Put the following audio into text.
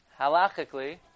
halachically